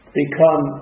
become